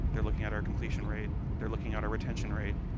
they are looking at our completion rate, they are looking at our retention rate.